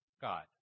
God